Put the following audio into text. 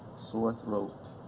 sore throat,